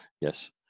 yes